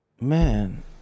Man